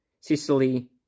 Sicily